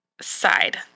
side